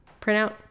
printout